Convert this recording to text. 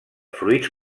fruits